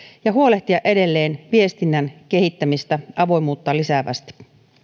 ja huolehtia edelleen viestinnän kehittämisestä avoimuutta lisäävästi